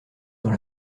dans